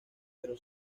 pero